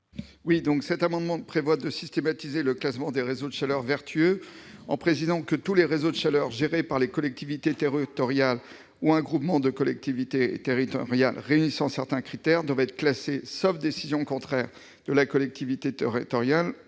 rectifié. Cet amendement a pour objet de systématiser le classement des réseaux de chaleur vertueux en précisant que tous les réseaux de chaleur gérés par des collectivités territoriales ou un groupement de collectivités territoriales réunissant certains critères doivent être classés, sauf décision contraire de la collectivité territoriale